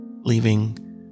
leaving